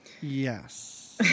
Yes